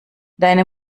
deine